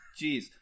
Jeez